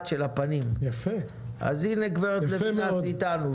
שהשיטה הזאת